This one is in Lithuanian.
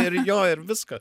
ir jo ir viska